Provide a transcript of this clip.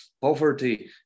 Poverty